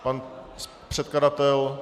Pan předkladatel?